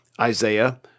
Isaiah